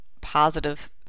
positive